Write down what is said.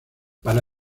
para